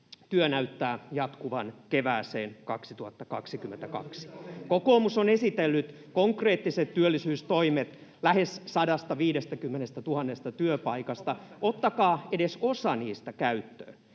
työ näyttää jatkuvan kevääseen 2022. Kokoomus on esitellyt konkreettiset työllisyystoimet lähes 150 000 työpaikasta — ottakaa edes osa niistä käyttöön.